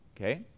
Okay